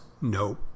No